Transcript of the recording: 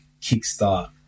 kickstart